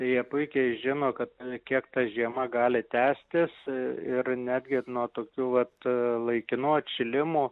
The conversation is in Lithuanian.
jie puikiai žino kad kiek ta žiema gali tęstis ir netgi ir nuo tokių vat laikinų atšilimų